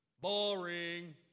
Boring